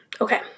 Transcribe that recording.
Okay